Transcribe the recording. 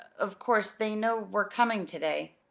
of course they know we're coming to-day?